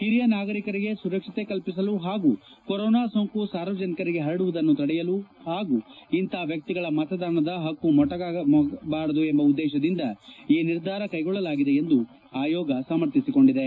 ಹಿರಿಯ ನಾಗರಿಕರಿಗೆ ಸುರಕ್ಷತೆ ಕಲ್ಪಿಸಲು ಹಾಗೂ ಕೊರೋನಾ ಸೋಂಕು ಸಾರ್ವಜನಿಕರಿಗೆ ಹರಡುವುದನ್ನು ತಡೆಯಲು ಹಾಗೂ ಇಂತಹ ವ್ಯಕ್ತಿಗಳ ಮತದಾನ ಹಕ್ಕು ಮೊಟಕಾಗಬಾರದು ಎಂಬ ಉದ್ದೇಶದಿಂದ ಈ ನಿರ್ಧಾರ ಕ್ನೆಗೊಳ್ಳಲಾಗಿದೆ ಎಂದು ಆಯೋಗ ಸಮರ್ಥಿಸಿಕೊಂಡಿದೆ